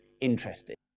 interested